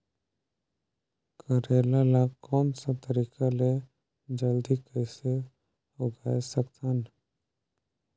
करेला ला कोन सा तरीका ले जल्दी कइसे उगाय सकथन?